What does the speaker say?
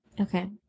Okay